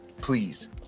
Please